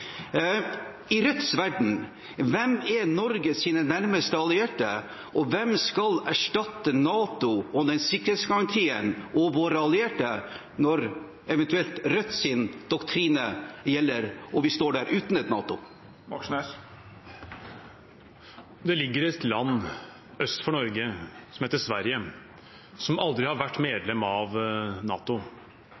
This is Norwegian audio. I Rødts verden: Hvem er Norges nærmeste allierte, og hvem skal erstatte sikkerhetsgarantien NATO og våre allierte, når Rødts doktrine eventuelt gjelder, og vi står der uten et NATO? Det ligger et land øst for Norge som heter Sverige, som aldri har vært